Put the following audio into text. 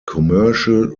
commercial